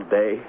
day